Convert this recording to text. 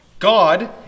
God